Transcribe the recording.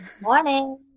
Morning